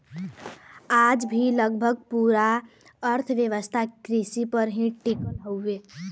आज भी लगभग पूरा अर्थव्यवस्था कृषि पर ही टिकल हव